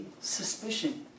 suspicion